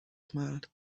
smiled